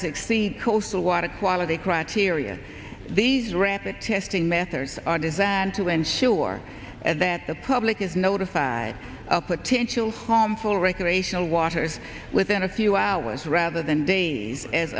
exceed coastal water quality criteria these rapid testing methods are designed to ensure that the public is notified of potential home for recreational water within a few hours rather than days as